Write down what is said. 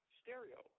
stereo